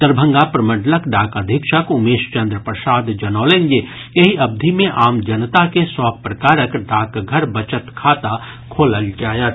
दरभंगा प्रमंडलक डाक अधीक्षक उमेश चन्द्र प्रसाद जनौलनि जे एहि अवधि मे आम जनता के सभ प्रकारक डाकघर बचत खाता खोलल जायत